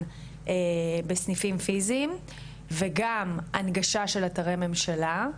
בסניפים פיזיים וגם הנגשה של אתרי ממשלה.